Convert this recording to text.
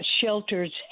shelters